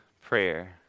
prayer